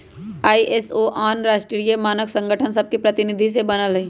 ISO आन आन राष्ट्रीय मानक संगठन सभके प्रतिनिधि से बनल हइ